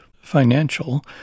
financial